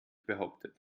behauptet